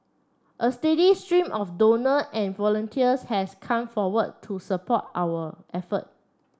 a steady stream of donor and volunteers has come forward to support our effort